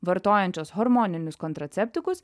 vartojančios hormoninius kontraceptikus